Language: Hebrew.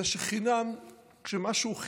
אלא שכשמשהו הוא חינם,